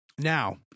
Now